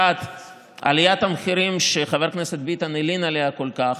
1. עליית המחירים שחבר הכנסת ביטן הלין עליה כל כך,